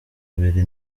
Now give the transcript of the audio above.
abiri